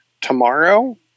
tomorrow